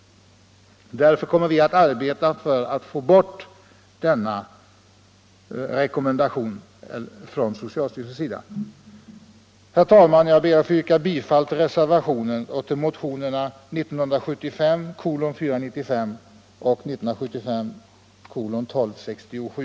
Därför kommer vi att arbeta för att få denna rekommendation från socialstyrelsen upphävd. Herr talman! Jag ber att få yrka bifall till reservationen och till motionerna 495 och 1267.